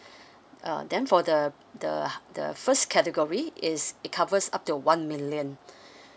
uh then for the the the first category is it covers up to one million